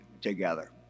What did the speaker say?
together